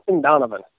Donovan